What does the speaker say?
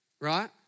right